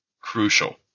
crucial